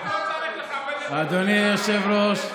אדוני היושב-ראש,